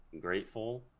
grateful